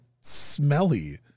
smelly